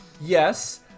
yes